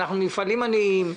אנחנו מפעלים עניים,